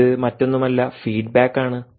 ഇത് മറ്റൊന്നുമല്ല ഫീഡ്ബാക്ക് ആണ്